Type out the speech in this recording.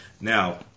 Now